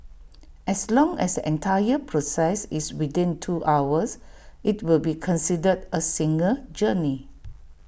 as long as entire process is within two hours IT will be considered A single journey